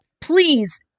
please